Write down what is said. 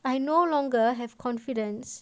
I no longer have confidence